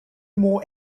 more